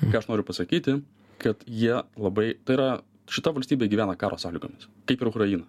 ką aš noriu pasakyti kad jie labai tai yra šita valstybė gyvena karo sąlygomis kaip ir ukraina